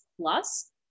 plus